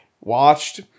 watched